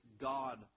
God